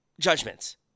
Judgments